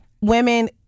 women